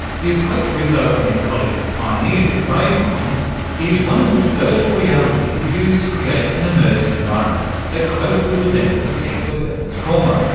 the approach rizzo and his colleagues have pioneered with bravemind is one in which virtual reality is used to create an immersive environment that closely resembles the scene of a person's trauma.